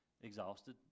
exhausted